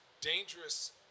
dangerous